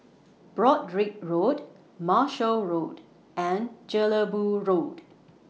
Broadrick Road Marshall Road and Jelebu Road